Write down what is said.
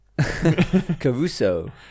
Caruso